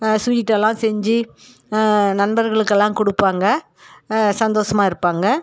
sweet எல்லாம் செஞ்சு நண்பர்களுக்கு எல்லாம் கொடுப்பாங்க சந்தோசமாக இருப்பாங்க